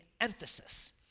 emphasis